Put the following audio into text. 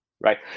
Right